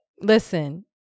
Listen